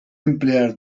emplear